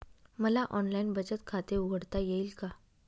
मला ऑनलाइन बचत खाते उघडता येईल का?